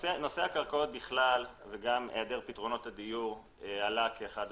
נושא הקרקעות בכלל והיעדר פתרונות דיור עלה באחד